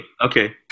okay